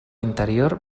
interior